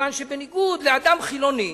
מכיוון שבניגוד לאדם חילוני,